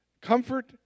comfort